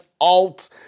Alt